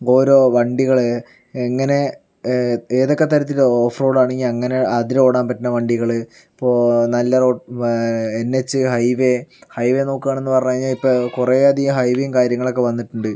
ഓരോ വണ്ടികളെ എങ്ങനെ ഏതൊക്കെ തരത്തില് ഓഫ് റോഡാണെങ്കിൽ അങ്ങനെ അതിലോടാൻ പറ്റുന്ന വണ്ടികള് ഇപ്പോൾ നല്ല എൻ എച്ച് ഹൈവേ ഹൈവേ നോക്കുവാണെന്ന് പറഞ്ഞ് കഴിഞ്ഞാൽ ഇപ്പം കുറെയധികം ഹൈവേയും കാര്യങ്ങളൊക്കെ വന്നിട്ടുണ്ട്